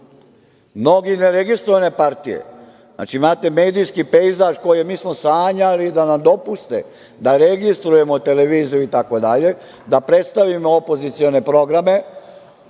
mnoge neregistrovane partije, znači, imate medijski pejzaž koji je, mi smo sanjali da nam dopuste da registrujemo televiziju itd, da predstavimo opozicione programe,